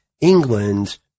England